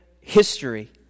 history